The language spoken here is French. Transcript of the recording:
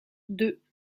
deux